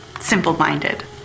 simple-minded